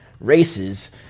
races